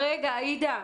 רגע, עאידה.